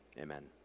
Amen